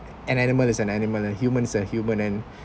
an animal is an animal and humans are human and